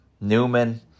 Newman